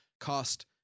cost